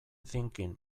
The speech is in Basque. thinking